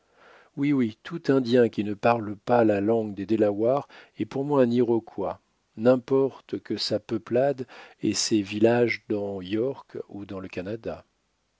oui oui tout indien qui ne parle pas la langue des delawares est pour moi un iroquois n'importe que sa peuplade ait ses villages dans york ou dans le canada